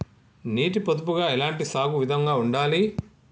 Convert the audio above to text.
నీటి పొదుపుగా ఎలాంటి సాగు విధంగా ఉండాలి?